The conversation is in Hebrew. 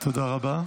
תודה רבה.